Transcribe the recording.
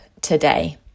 today